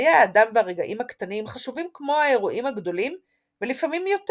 חיי האדם והרגעים הקטנים חשובים כמו האירועים הגדולים ולפעמים יותר.